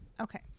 Okay